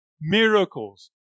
miracles